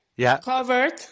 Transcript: covered